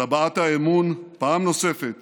על הבעת האמון פעם נוספת